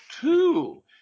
two